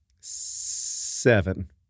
Seven